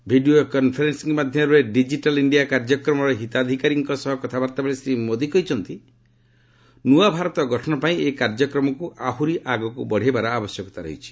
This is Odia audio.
ଭିଡ଼ିଓ କନ୍ଫରେନ୍ସିଂ ମାଧ୍ୟମରେ ଡିକିଟାଲ୍ ଇଣ୍ଡିଆ କାର୍ଯ୍ୟକ୍ରମର ହିତାଧିକାରୀଙ୍କ ସହ କଥାବାର୍ତ୍ତା ବେଳେ ଶ୍ରୀ ମୋଦି କହିଛନ୍ତି ନୂଆ ଭାରତ ଗଠନ ପାଇଁ ଏହି କାର୍ଯ୍ୟକ୍ରମକୁ ଆହୁରି ଆଗକୁ ବଢ଼ାଇବାର ଆବଶ୍ୟକତା ରହିଛି